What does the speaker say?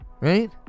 right